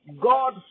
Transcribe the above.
God